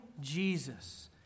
Jesus